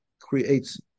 creates